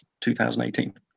2018